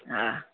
हा